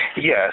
Yes